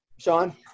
Sean